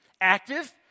active